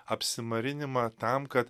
apsimarinimą tam kad